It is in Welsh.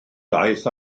daeth